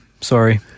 Sorry